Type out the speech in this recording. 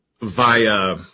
via